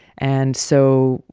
and so,